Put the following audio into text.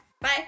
bye